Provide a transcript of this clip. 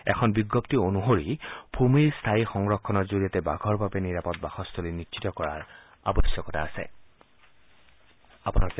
এখন বিজ্ঞপ্তি অনুসৰি ভূমিৰ স্থায়ী সংৰক্ষণৰ জৰিয়তে বাঘৰ বাবে নিৰাপদ বাসস্থলী নিশ্চিত কৰাৰ আৱশ্যকতা আছে